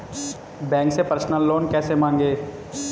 Bank से personal loan कैसे मांगें?